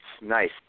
Nice